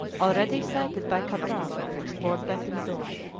already sighted by cabral and explored by pinzon.